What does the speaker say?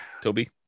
Toby